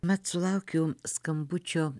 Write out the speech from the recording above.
mat sulaukiu skambučio